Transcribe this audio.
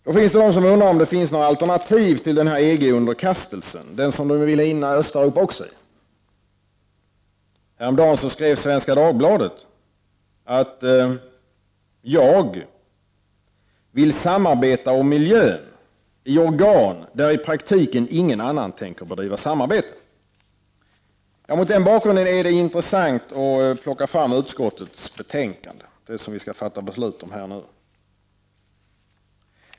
Då finns det de som undrar om det existerar något alternativ till EG-underkastelsen, den som också skall inbegripa Östeuropa. Häromdagen skrev Svenska Dagbladet att jag vill samarbeta om miljön i organ där i praktiken ingen annan tänker bedriva samarbete. Mot den bakgrunden är det intressant att plocka fram det utskottsbetänkande som vi nu skall fatta beslut om.